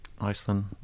Iceland